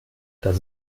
das